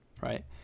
right